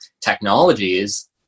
technologies